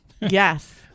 Yes